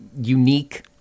unique